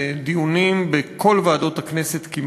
דיונים כמעט בכל ועדות הכנסת.